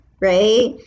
right